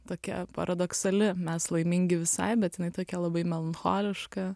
tokia paradoksali mes laimingi visai bet jinai tokia labai melancholiška